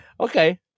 Okay